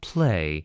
Play